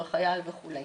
הורה חייל וכו'.